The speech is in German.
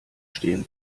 stehen